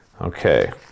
Okay